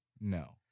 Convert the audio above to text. no